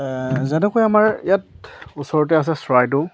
যেনেকৈ আমাৰ ইয়াত ওচৰতে আছে চৰাইদেউ